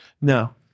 No